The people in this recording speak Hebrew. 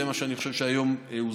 זה מה שאני חושב שהיום הוסדר,